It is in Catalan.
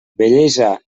bellesa